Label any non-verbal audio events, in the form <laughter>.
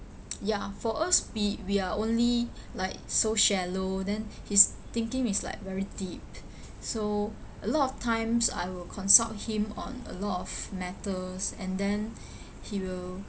<noise> ya for us we we are only like so shallow then <breath> his thinking is like very deep <breath> so a lot of times I will consult him on a lot of matters and then he will